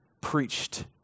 preached